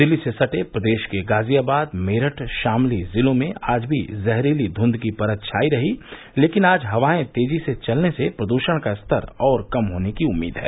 दिल्ली से सटे प्रदेश के गाजियाबाद मेरठ शामली जिलों में आज भी जहरीली धुंघ की परत छाई रही लेकिन आज हवाएं तेजी से चलने से प्रदूषण का स्तर और कम होने की उम्मीद है